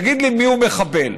תגיד לי מיהו מחבל.